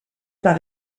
par